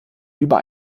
über